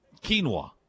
Quinoa